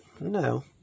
no